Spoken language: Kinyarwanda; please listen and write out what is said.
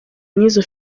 n’izo